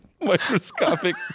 microscopic